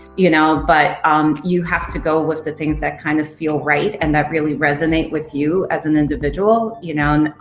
you know but um you have to go with the things that kind of feel right and that really resonate with you as an individual, you know